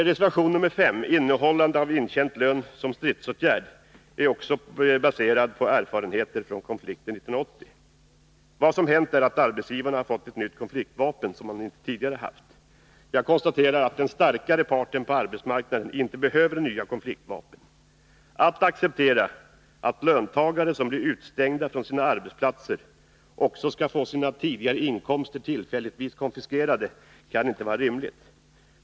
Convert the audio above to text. Reservation 5, om innehållande av intjänt lön som stridsåtgärd, är också baserad på erfarenheter från konflikten 1980. Vad som hänt är att arbetsgivarna har fått ett nytt konfliktvapen som de tidigare inte har haft. Jag konstaterar att den starkare parten på arbetsmarknaden inte behöver nya konfliktvapen. Att acceptera att löntagare som blir utestängda från sina arbetsplatser också skall få sina tidigare inkomster tillfälligtvis konfiskerade kan inte vara rimligt.